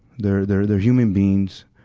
they're, they're, they're human beings,